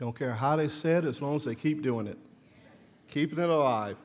don't care how they said as long as they keep doing it keep it